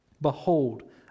Behold